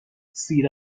سیر